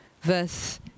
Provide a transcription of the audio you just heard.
verse